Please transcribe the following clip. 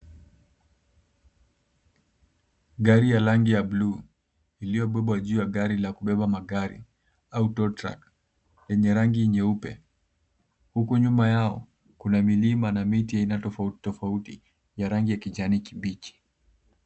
Gari ya rangi ya buluu, iliyobebwa juu ya gari la kubeba magari au tow truck yenye rangi nyeupe. Huku nyuma yao, kuna milima na miti ya aina tofauti tofauti ya rangi ya kijani kibichi.